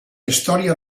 història